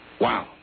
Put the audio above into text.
Wow